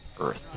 Earth